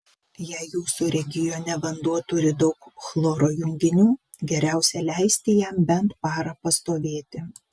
jei jūsų regione vanduo turi daug chloro junginių geriausia leisti jam bent parą pastovėti